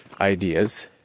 ideas